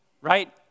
right